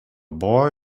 boy